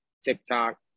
TikTok